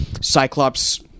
Cyclops